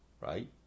right